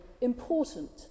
important